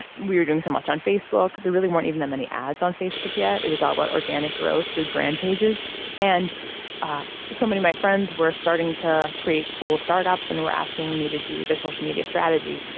we were doing so much on facebook. there really weren't even that many ads on facebook yet it was all about organic growth through brand pages and so many my friends were starting to create cool startups and were asking me to do their social media strategy.